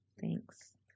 Thanks